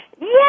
yes